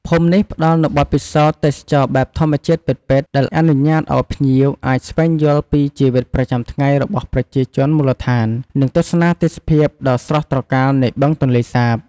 ភូមិនេះផ្តល់នូវបទពិសោធន៍ទេសចរណ៍បែបធម្មជាតិពិតៗ ដែលអនុញ្ញាតឱ្យភ្ញៀវអាចស្វែងយល់ពីជីវិតប្រចាំថ្ងៃរបស់ប្រជាជនមូលដ្ឋាន និងទស្សនាទេសភាពដ៏ស្រស់ត្រកាលនៃបឹងទន្លេសាប។